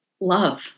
love